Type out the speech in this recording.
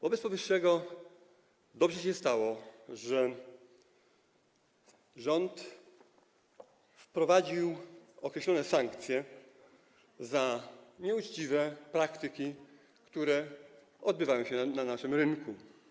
Wobec powyższego dobrze się stało, że rząd wprowadził określone sankcje za nieuczciwe praktyki, które odbywają się na naszym rynku.